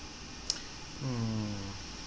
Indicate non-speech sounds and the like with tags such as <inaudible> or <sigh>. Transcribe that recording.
<noise> mm